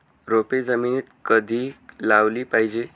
रोपे जमिनीत कधी लावली पाहिजे?